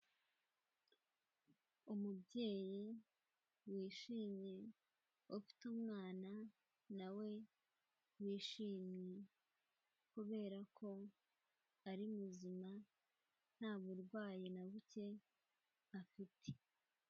Umubyeyi wishimye, ufite umwana nawe wishimye, kubera ko ari muzima nta burwayi na buke afite.